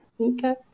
Okay